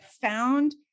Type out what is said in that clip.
found